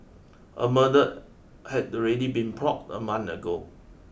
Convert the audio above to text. a murder had already been plotted a month ago